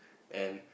and